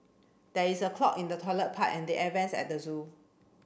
there is a clog in the toilet pipe and the air vents at the zoo